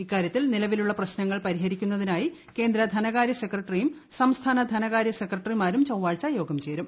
ഇക്കാര്യത്തിൽ നിലവിലുള്ള പ്രശ്നങ്ങൾ പരിഹരിക്കുന്നതിനായി കേന്ദ്ര ധനകാര്യ സെക്രട്ടറിയും സംസ്ഥാന ധനകാര്യ സെക്രട്ടറിമാരും ചൊവ്വാഴ്ച യോഗം ചേരും